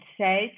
says